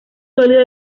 sólido